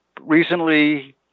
recently